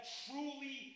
truly